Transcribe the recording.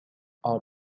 are